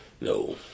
No